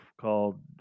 called